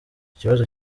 ikibazo